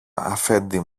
αφέντη